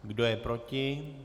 Kdo je proti?